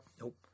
Nope